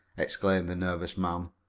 exclaimed the nervous man.